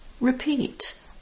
Repeat